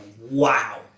wow